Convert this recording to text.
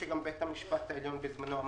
יחד?